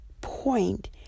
point